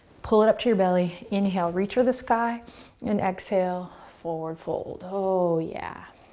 pull it up to your belly. inhale, reach for the sky and exhale, forward fold. oh, yeah.